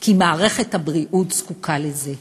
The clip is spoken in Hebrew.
כי מערכת הבריאות זקוקה לזה.